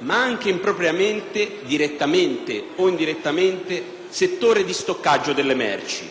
ma anche impropriamente, direttamente o indirettamente, il settore di stoccaggio delle merci.